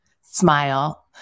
smile